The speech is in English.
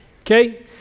okay